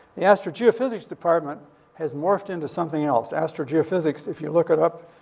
the astrogeophysics department has morphed into something else. astrogeophysics, if you look it up,